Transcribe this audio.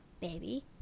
baby